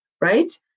right